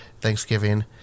Thanksgiving